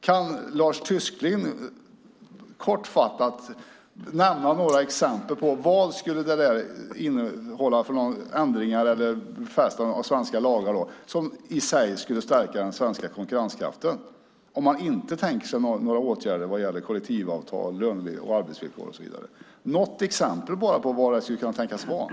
Kan Lars Tysklind kortfattat nämna några exempel på vad det skulle innehålla för ändringar i svenska lagar som i sig skulle stärka den svenska konkurrenskraften, om man inte tänker sig några åtgärder vad gäller kollektivavtal, löne och arbetsvillkor? Kan vi få något exempel på vad det kan tänkas vara?